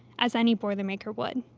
as any boilermaker would,